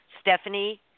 Stephanie